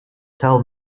tell